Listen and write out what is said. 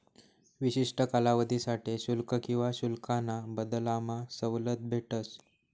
विशिष्ठ कालावधीसाठे शुल्क किवा शुल्काना बदलामा सवलत भेटस